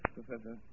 Professor